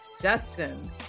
Justin